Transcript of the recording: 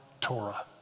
Torah